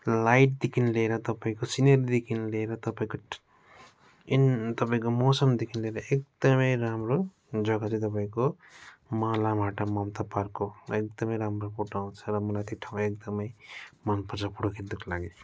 लाइटदेखि लिएर तपाईँको सिनेरीदेखि लिएर तपाईँको इन तपाईँको मौसमदेखि लिएर एकदमै राम्रो जग्गा चाहिँ तपाईँको मा लामाहट्टा ममता पार्क हो एकदमै राम्रो फोटो आउँछ र मलाई त्यो ठाउँ एकदमै मन पर्छ फोटो खिच्नका लागि